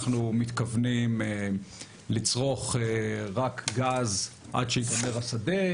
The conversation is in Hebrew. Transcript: אנחנו מתכוונים לצרוך רק גז עד שייגמר השדה,